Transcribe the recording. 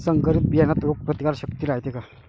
संकरित बियान्यात रोग प्रतिकारशक्ती रायते का?